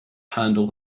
handle